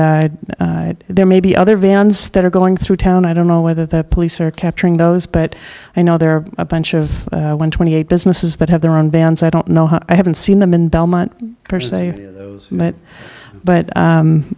and there may be other vans that are going through town i don't know whether the police are capturing those but i know there are a bunch of one twenty eight businesses that have their own bands i don't know how i haven't seen them in belmont per se but but